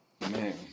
Man